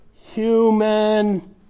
Human